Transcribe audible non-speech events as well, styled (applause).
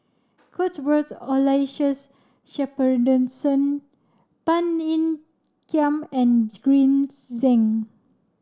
Cuthbert Aloysius Shepherdson Tan Ean Kiam and Green (unintelligible) Zeng